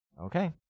Okay